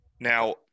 Now